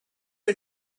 are